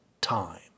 time